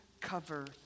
cover